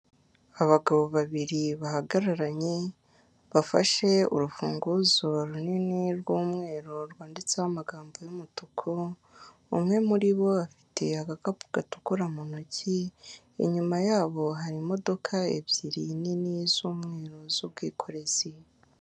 Abagabo babiri bahagararanye bafashe urufunguzo runini rw'umweru rwanditseho amagambo y'umutuku, umwe muri bo afite agakapu gatukura mu ntoki, inyuma yabo hari imodoka ebyiri nini z'umweru z'ubwikorezi.